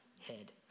head